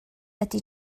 ydy